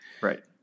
Right